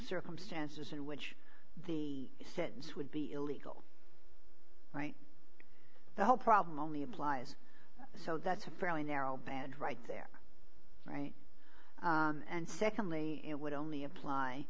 circumstances in which the sit ins would be illegal right the whole problem only applies so that's a fairly narrow band right there right and secondly it would only apply